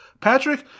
Patrick